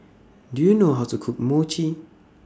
Do YOU know How to Cook Mochi